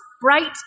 bright